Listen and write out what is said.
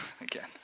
again